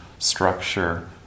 structure